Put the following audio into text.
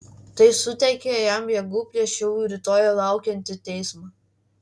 tai suteikia jam jėgų prieš jau rytoj laukiantį teismą